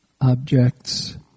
objects